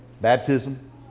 baptism